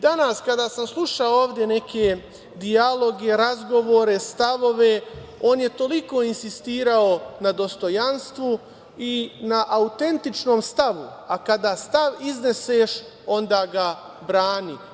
Danas kada sam slušao ovde neke dijaloge, razgovore, stavove, on je toliko insistirao na dostojanstvu i na autentičnom stavu, a kada stav izneseš onda ga brani.